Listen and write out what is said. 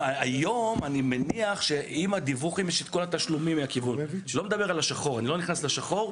אני לא מדבר על השחור, לא נכנס לשחור.